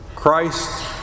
Christ